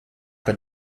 had